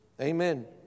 Amen